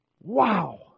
Wow